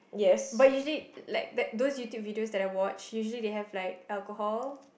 but usually like that those YouTube that I watched usually they have like alcohol